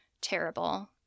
terrible